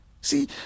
See